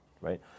right